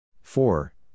four